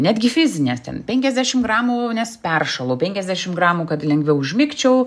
netgi fizinės ten penkiasdešim gramų nes peršalau penkiasdešim gramų kad lengviau užmigčiau